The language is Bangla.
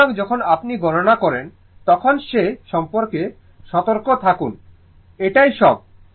সুতরাং যখন আপনি গণনা করেন তখন সে সম্পর্কে সতর্ক থাকুন এটাই সব